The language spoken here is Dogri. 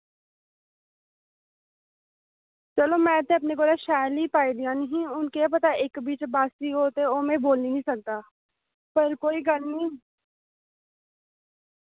चलो मैं ते अपने कोला शैल ही पा दिया नियां हियां हु'न केह् पता इक बिच बास्सी हो ते ओ में बोल्ली नी सकदा पर कोई गल्ल नी